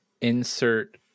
insert